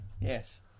Yes